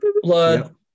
Blood